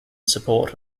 support